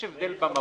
יש הבדל במהות?